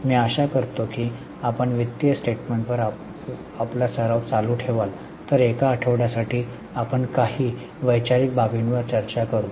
मी आशा करतो की आपण वित्तीय स्टेटमेन्ट वर आपला सराव चालू ठेवाल तर एका आठवड्यासाठी आपण काही वैचारिक बाबींवर चर्चा करू